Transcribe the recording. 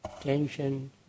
tension